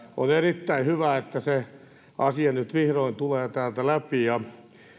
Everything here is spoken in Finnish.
on erittäin hyvä että tämä sakon muuntorangaistusasia nyt vihdoin tulee täältä läpi ja